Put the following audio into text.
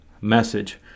message